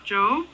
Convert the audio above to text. Joe